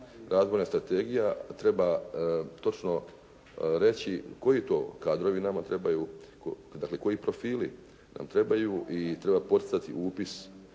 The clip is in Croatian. razvojna strategija treba točno reći koji to kadrovi nama trebaju, dakle koji profili nam trebaju i treba poticati upis